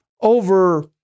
over